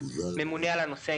ממונה על הנושא,